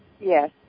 yes